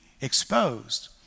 exposed